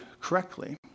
correctly